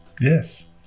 Yes